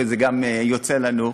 וזה גם יוצא לנו.